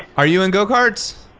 are you in go karts?